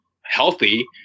healthy